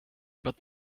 but